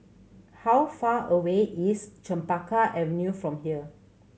how far away is Chempaka Avenue from here